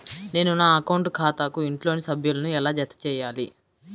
నేను నా అకౌంట్ ఖాతాకు ఇంట్లోని సభ్యులను ఎలా జతచేయాలి?